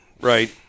right